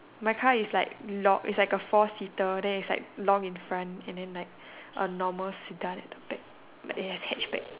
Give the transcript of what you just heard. my car is like log it's like a four seater then it's like long in front and then like a normal sit down at the back but it has hatchback